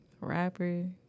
Rapper